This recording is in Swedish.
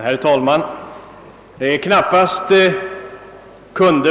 Herr talman!